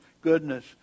goodness